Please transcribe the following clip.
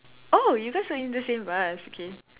oh you guys are in the same bus okay